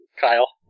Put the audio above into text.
Kyle